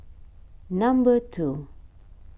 number two